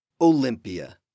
Olympia